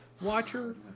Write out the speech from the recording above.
watcher